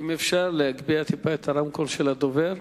אם אפשר להגביר טיפה את הרמקול של הדובר.